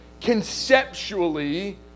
conceptually